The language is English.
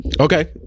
Okay